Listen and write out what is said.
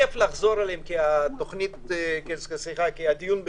כיף לחזור עליהם כי הדיון בשידור,